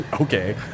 Okay